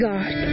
God